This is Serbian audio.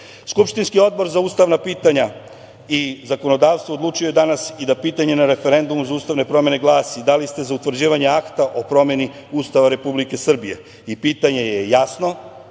odbor za ustavna pitanja i zakonodavstvo odlučio je danas i da pitanje na referendumu za ustavne promene glasi – da li ste za utvrđivanje akta o promeni Ustava Republike Srbije? Pitanje je jasno